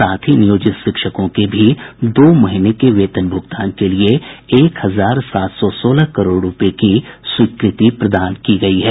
साथ ही नियोजित शिक्षकों के दो महीने के वेतन भुगतान के लिए एक हजार सात सौ सोलह करोड़ रुपये की भी स्वीकृति प्रदान की गयी है